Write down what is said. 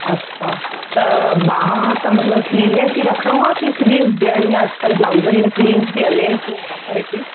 अच्छा त ॿाहां त मतिलबु स्लीवलेस ई रखिणो आहे कि स्लीव्स ॾियणी आहे अॼुकल्ह ब्लाउसनि में स्लीव्स बि हलेनि थियूं छा करे कि